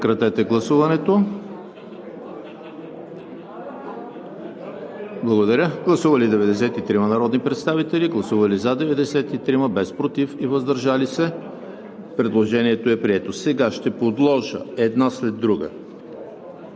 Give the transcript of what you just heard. Сега ще подложа едно след друго